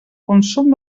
consum